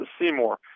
Seymour